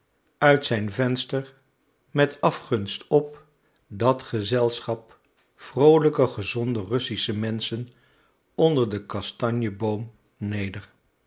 uit zijn venster met afgunst op dat gezelschap vroolijke gezonde russische menschen onder den kastanjeboom neder